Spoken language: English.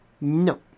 No